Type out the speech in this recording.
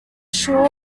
short